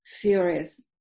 furious